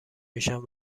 میشم